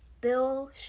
Bill